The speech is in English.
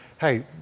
hey